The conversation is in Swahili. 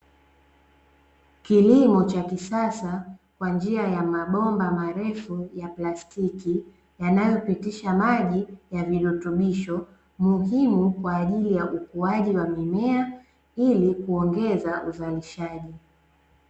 Kilimo cha kisasa kwa njia ya mabomba marefu ya plastiki, yanayopitisha maji ya virutubisho, muhimu kwa ajili ya ukuaji wa mimea, ili kuongeza uzalishaji.